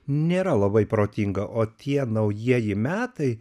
nėra labai protinga o tie naujieji metai